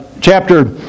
chapter